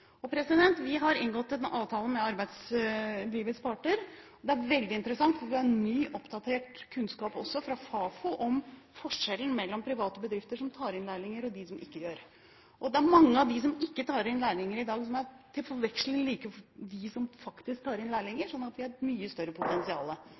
arbeidslivets parter. Det er veldig interessant, for vi har ny, oppdatert kunnskap også fra Fafo om forskjellen mellom private bedrifter som tar inn lærlinger, og dem som ikke gjør det. Det er mange av dem som ikke tar inn lærlinger i dag, som til forveksling er lik dem som faktisk tar inn